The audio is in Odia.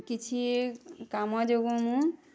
କିଛି କାମ ଯୋଗୁଁ ମୁଁ